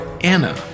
Anna